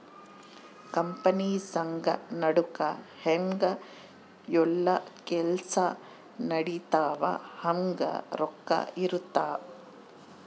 company ಸಂಘ ನಡುಕ ಹೆಂಗ ಯೆಲ್ಲ ಕೆಲ್ಸ ನಡಿತವ ಹಂಗ ರೊಕ್ಕ ಇರುತ್ತ